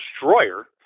Destroyer